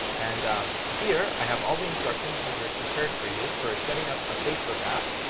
and um here, i have all the instructions meteor has prepared for you for setting up a facebook app.